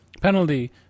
penalty